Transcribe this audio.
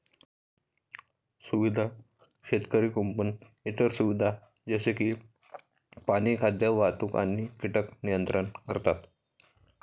सुविधा शेतकरी कुंपण इतर सुविधा जसे की पाणी, खाद्य, वाहतूक आणि कीटक नियंत्रण करतात